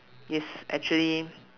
it's actually